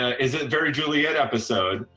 is a very juliet episode.